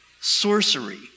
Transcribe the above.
sorcery